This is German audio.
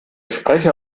sprecher